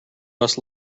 must